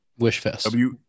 Wishfest